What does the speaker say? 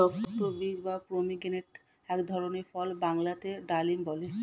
রক্তবীজ বা পমিগ্রেনেটক এক ধরনের ফল বাংলাতে ডালিম বলে